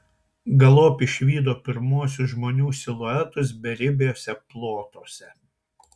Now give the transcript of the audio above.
galop išvydo pirmuosius žmonių siluetus beribiuose plotuose